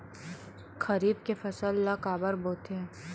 खरीफ के फसल ला काबर बोथे?